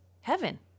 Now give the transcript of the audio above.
heaven